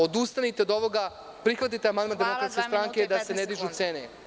Odustanite od ovoga, prihvatite amandman DS, da se ne dižu cene.